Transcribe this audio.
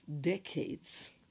decades